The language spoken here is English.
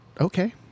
Okay